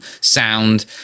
sound